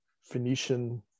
Phoenician